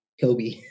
Kobe